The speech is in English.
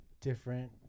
different